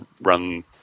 run